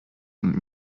und